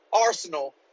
arsenal